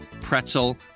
pretzel